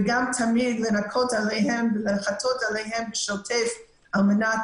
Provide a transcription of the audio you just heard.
וגם תמיד לנקות אחריהן ולחטא אחריהן בשוטף על מנת